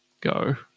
go